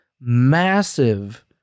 massive